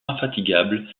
infatigable